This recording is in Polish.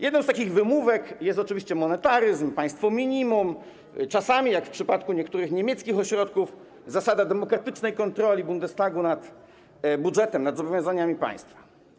Jedną z takich wymówek jest oczywiście monetaryzm, państwo minimum, czasami, jak w przypadku niektórych niemieckich ośrodków, zasada demokratycznej kontroli Bundestagu nad budżetem, nad zobowiązaniami państw.